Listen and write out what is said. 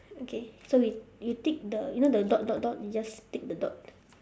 okay so we you tick the you know the dot dot dot you just tick the dot